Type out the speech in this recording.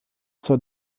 zur